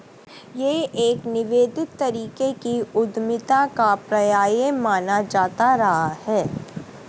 यह एक निवेदित तरीके की उद्यमिता का पर्याय माना जाता रहा है